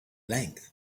length